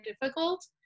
difficult